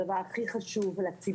ולא שהכל במילים - כי